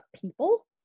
people